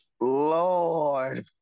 Lord